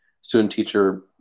student-teacher